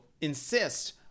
insist